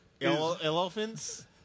Elephants